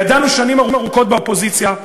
ידענו שנים ארוכות באופוזיציה,